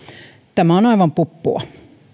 tämä on aivan puppua